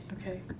Okay